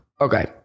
okay